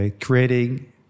Creating